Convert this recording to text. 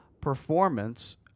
performance